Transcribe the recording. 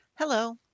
Hello